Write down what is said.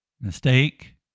mistake